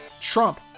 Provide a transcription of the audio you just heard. Trump